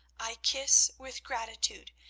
i kiss with gratitude,